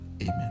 amen